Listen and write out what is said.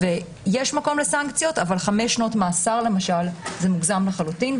יש מקום לסנקציות אבל 5 שנות מאסר למשל זה מוגזם לחלוטין,